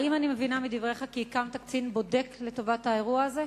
האם אני מבינה מדבריך כי מינית קצין בודק לטובת האירוע הזה?